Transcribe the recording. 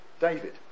David